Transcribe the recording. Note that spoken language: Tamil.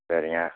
சரிங்க